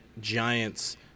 Giants